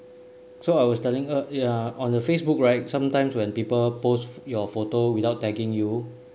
so I was telling her yeah on the Facebook right sometimes when people post your photo without tagging you